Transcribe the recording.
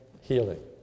healing